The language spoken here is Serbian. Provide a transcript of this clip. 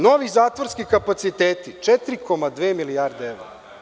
Novi zatvorski kapaciteti 4,2 milijarde evra.